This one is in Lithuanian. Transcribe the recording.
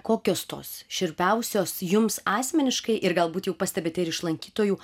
kokios tos šiurpiausios jums asmeniškai ir galbūt jau pastebite ir iš lankytojų